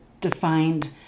defined